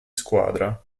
squadra